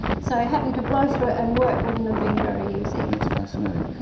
so having to blow through and work wouldn't have been very easy. that's fascinating.